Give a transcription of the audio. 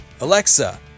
Alexa